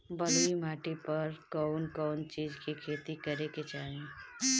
बलुई माटी पर कउन कउन चिज के खेती करे के चाही?